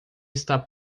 está